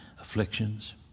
afflictions